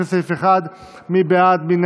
לפני סעיף 1. מי בעד?